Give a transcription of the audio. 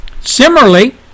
Similarly